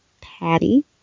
patty